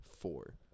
four